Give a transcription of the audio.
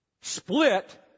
split